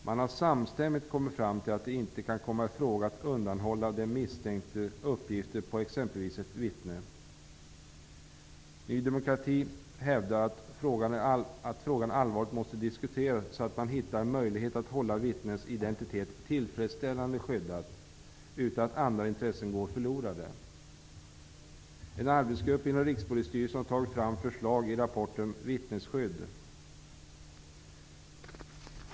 Man har samstämmigt kommit fram till att det inte kan komma i fråga att undanhålla den misstänkte uppgifter om exempelvis ett vittne. Ny demokrati hävdar att frågan allvarligt måste diskuteras, så att man hittar en möjlighet att hålla vittnets identitet skyddad på ett tillfredsställande sätt utan att andra intressen går förlorade. En arbetsgrupp inom Rikspolisstyrelsen har tagit fram förslag i rapporten Vittnesskydd.